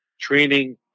training